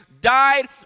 died